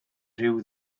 rhyw